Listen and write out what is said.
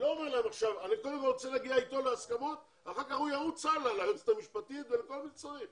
בוא קודם כל נגיע איתך להסכמה כי אתה הדרג המקצועי.